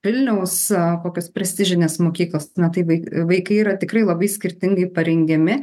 vilniaus kokios prestižinės mokyklos na tai vaikai yra tikrai labai skirtingai parengiami